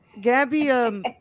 Gabby